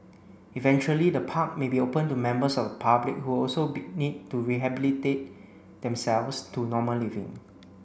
eventually the park may be open to members of the public who also need to rehabilitate themselves to normal living